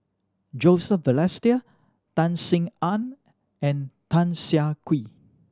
Joseph Balestier Tan Sin Aun and Tan Siah Kwee